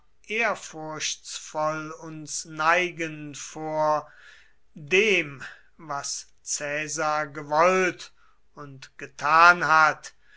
ehrfurchtsvoll uns neigen vor denn was caesar gewollt und getan hat